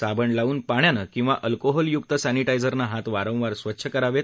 साबण लावून पाण्यानं किंवा अल्कोहोलयूक्त सॅनिटाइझरनं हात वारंवार स्वच्छ करावेत